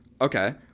Okay